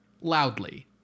loudly